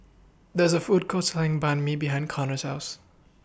There's A Food Court Selling Banh MI behind Conner's House